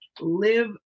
live